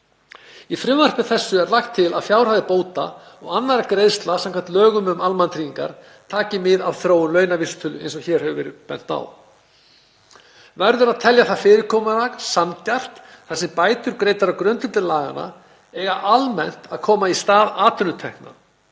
Í frumvarpi þessu er lagt til að fjárhæðir bóta og annarra greiðslna, samkvæmt lögum um almannatryggingar, taki mið af þróun launavísitölu eins og hér hefur verið bent á. Verður að telja það fyrirkomulag sanngjarnt þar sem bætur greiddar á grundvelli laganna eiga almennt að koma í stað atvinnutekna